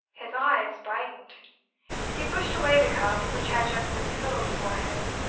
his eyes brightened he pushed away the cup which had just been filled for him,